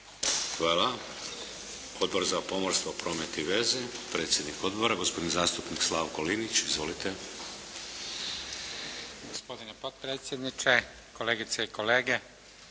Hvala. Odbor za pomorstvo, promet i veze. Predsjednik odbora, gospodin zastupnik Slavko Linić. Izvolite. **Linić, Slavko (SDP)** Gospodine potpredsjedniče, kolegice i kolege,